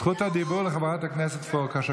הסכם הורות עם מי?